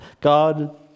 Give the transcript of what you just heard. God